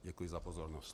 Děkuji za pozornost.